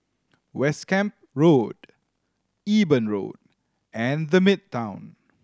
West Camp Road Eben Road and The Midtown